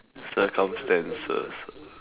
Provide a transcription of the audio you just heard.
circumstances